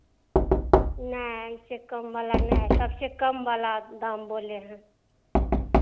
नहीं इससे कम वाला नहीं है सबसे कम वाला दाम बोले हैं